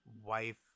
wife